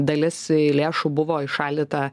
dalis lėšų buvo įšaldyta